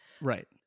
Right